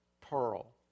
pearl